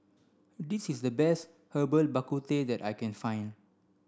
this is the best Herbal Bak Ku Teh that I can find